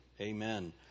amen